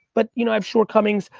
but you know i have shortcomings,